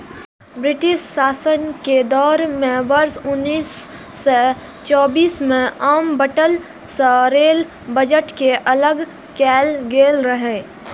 British शासन के दौर मे वर्ष उन्नैस सय चौबीस मे आम बजट सं रेल बजट कें अलग कैल गेल रहै